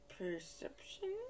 Perception